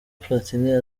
platini